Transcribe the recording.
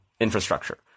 infrastructure